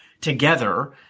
together